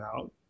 out